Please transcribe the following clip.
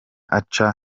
aca